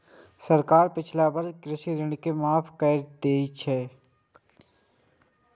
सरकार पिछला वर्षक कृषि ऋण के माफ कैर देलकैए